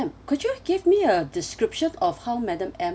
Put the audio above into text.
could you give me a description of how madam M